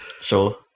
Sure